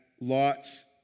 lots